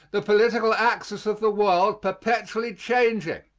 the political axis of the world perpetually changing.